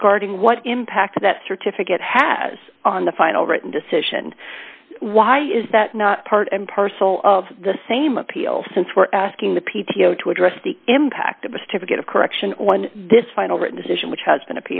regarding what impact that certificate has on the final written decision why is that not part and parcel of the same appeal since we're asking the p t o to address the impact of this to get a correction when this final written decision which has been